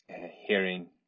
hearing